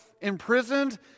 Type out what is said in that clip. imprisoned